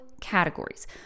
categories